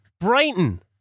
Brighton